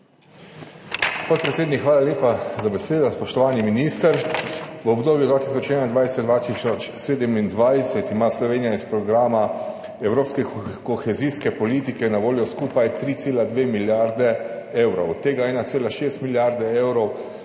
hvala lepa za besedo. Spoštovani minister! V obdobju 2021–2027 ima Slovenija iz Programa evropske kohezijske politike na voljo skupaj 3,2 milijarde evrov, od tega 1,6 milijarde evrov